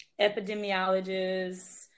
epidemiologists